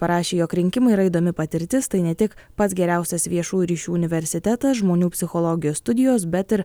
parašė jog rinkimai yra įdomi patirtis tai ne tik pats geriausias viešųjų ryšių universitetas žmonių psichologijos studijos bet ir